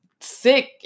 sick